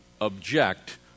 object